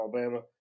Alabama